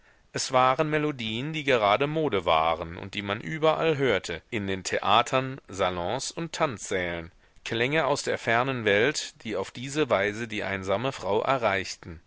es waren melodien die gerade mode waren und die man überall hörte in den theatern salons und tanzsälen klänge aus der fernen welt die auf diese weise die einsame frau erreichten